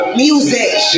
music